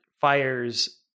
fires